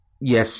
yes